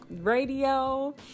Radio